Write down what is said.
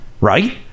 right